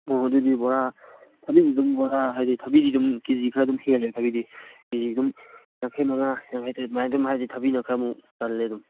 ꯑꯣ ꯑꯗꯨꯗꯤ ꯕꯣꯔꯥ ꯊꯕꯤꯗꯤ ꯑꯗꯨꯝ ꯕꯣꯔꯥ ꯍꯥꯏꯗꯤ ꯊꯕꯤꯗꯤ ꯑꯗꯨꯝ ꯀꯦ ꯖꯤ ꯈꯔ ꯑꯗꯨꯝ ꯍꯦꯜꯂꯦꯕ ꯍꯥꯏꯗꯤ ꯀꯦ ꯖꯤ ꯑꯗꯨꯝ ꯌꯥꯡꯈꯩꯃꯉꯥ ꯌꯥꯡꯈꯩꯇꯔꯦꯠ ꯑꯗꯨꯃꯥꯏꯅ ꯑꯗꯨꯝ ꯍꯥꯏꯗꯤ ꯊꯕꯤꯗꯣ ꯈꯔꯃꯨꯛ ꯆꯜꯂꯦ